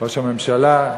ראש הממשלה,